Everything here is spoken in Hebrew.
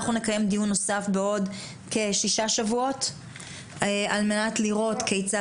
אנחנו נקיים דיון נוסף בעוד כשישה שבועות על מנת לראות כיצד